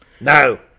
No